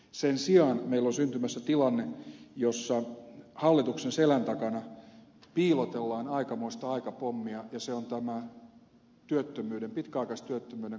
sen sijaan meillä on syntymässä tilanne jossa hallituksen selän takana piilotellaan aikamoista aikapommia ja se on tämä pitkäaikaistyöttömien kasvava joukko